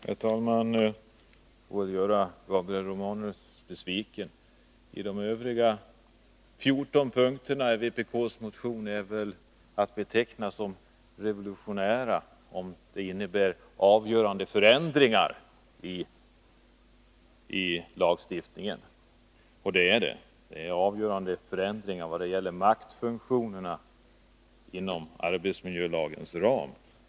Herr talman! Jag får väl göra Gabriel Romanus besviken. De övriga 14 punkterna i vpk:s motion är att beteckna som revolutionära, om de innebär avgörande förändringar i lagstiftningen, och det är det fråga om. Det är avgörande förändringar vad gäller maktfunktionerna inom arbetsmiljölagens ram.